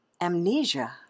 Amnesia